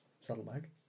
Saddlebag